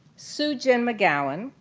sue gin mcgowan,